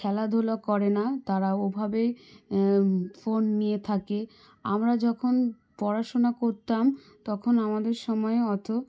খেলাধূলা করে না তারা ওভাবেই ফোন নিয়ে থাকে আমরা যখন পড়াশুনা করতাম তখন আমাদের সময় অত